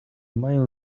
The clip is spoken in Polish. mają